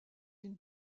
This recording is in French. une